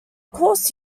course